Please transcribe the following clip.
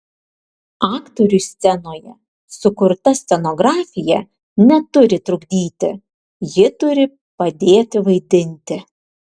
aktoriui scenoje sukurta scenografija neturi trukdyti ji turi padėti vaidinti